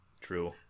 true